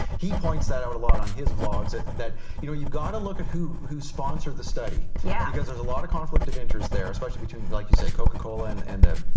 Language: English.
he points that out a lot on his vlogs that that you know you've gotta look at who who sponsored the study, yeah because there's a lot of conflict of interest there, especially between like you say coca-cola and and